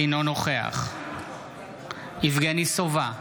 אינו נוכח יבגני סובה,